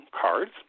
Cards